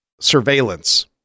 surveillance